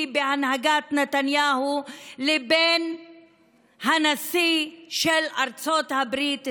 בהנהגת נתניהו לבין הנשיא של ארצות הברית טראמפ.